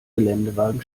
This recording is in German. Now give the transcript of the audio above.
geländewagen